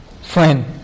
Friend